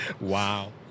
Wow